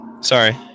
Sorry